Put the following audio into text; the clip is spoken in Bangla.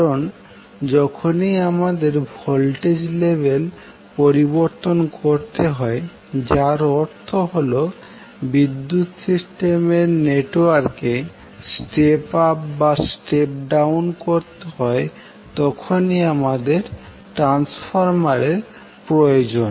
কারণ যখনই আমাদের ভোল্টেজের লেভেল পরিবর্তন করতে হয় যার অর্থ হয় বিদ্যুৎ সিস্টেমের নেটওয়ার্কে স্টেপ আপ বা স্টেপ ডাউন করতে হয় তখনই আমাদের ট্রান্সফরমার প্রয়োজন